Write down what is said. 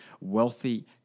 wealthy